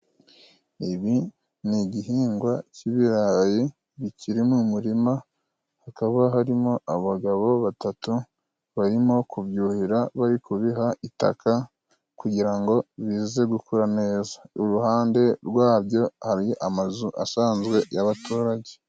Ibi ni igihingwa cy'ibirayi bikiri mu murima hakaba harimo abagabo batatu barimo kubyuhira, bari kubiha itaka kugira ngo bize gukura neza. Iruhande rwabyo hari amazu asanzwe y'abaturage.